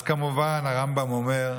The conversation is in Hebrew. אז כמובן, הרמב"ם אמר,